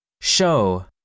Show